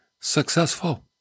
successful